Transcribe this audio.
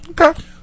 Okay